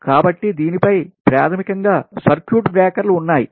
కాబట్టి దీనిపై ప్రాథమికంగా సర్క్యూట్ బ్రేకర్లు ఉన్నాయి